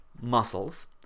muscles